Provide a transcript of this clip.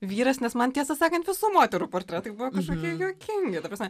vyras nes man tiesą sakant visų moterų portretai buvo kažkokie juokingi ta prasme